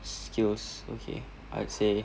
skills okay I'd say